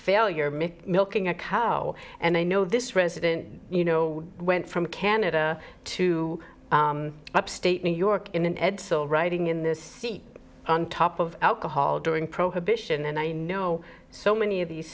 failure myth milking a cow and i know this president you know went from canada to upstate new york in an edsel writing in this seat on top of alcohol during prohibition and i know so many of these